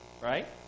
right